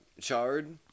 chard